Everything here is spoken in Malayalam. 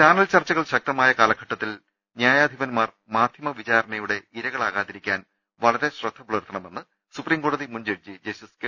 ചാനൽചർച്ചകൾ ശക്തമായ കാലഘട്ടത്തിൽ ന്യായാധിപൻമാർ മാധ്യമവിചാരണയുടെ ഇരകളാകാതിരിക്കാൻ വളരെ ശ്രദ്ധ പുലർത്ത ണമെന്ന് സുപ്രീംകോടതി മുൻ ജഡ്ജി ജസ്റ്റിസ് കെ